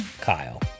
Kyle